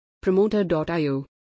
Promoter.io